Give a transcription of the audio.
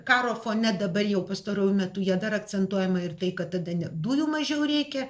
karo fone dabar jau pastaruoju metu jie dar akcentuojama ir tai kad tada dujų mažiau reikia